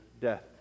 death